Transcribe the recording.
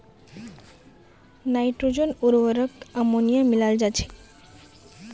nitrogen उर्वरकत ammonia मिलाल जा छेक